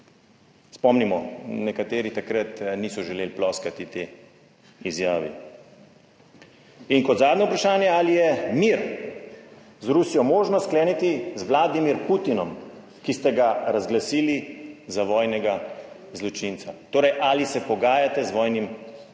Spomnimo, nekateri takrat niso želeli ploskati tej izjavi. In kot zadnje vprašanje: ali je mir z Rusijo možno skleniti z Vladimir Putinom, ki ste ga razglasili za vojnega zločinca, torej ali se pogajate z vojnim zločincem?